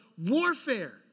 warfare